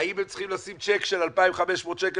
האם הם צריכים לשים צ'ק של 2,500 שקל